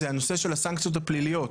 זה הנושא של הסנקציות הפליליות,